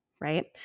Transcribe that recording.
right